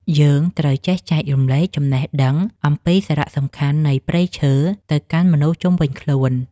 យើងត្រូវចេះចែករំលែកចំណេះដឹងអំពីសារៈសំខាន់នៃព្រៃឈើទៅកាន់មនុស្សជុំវិញខ្លួន។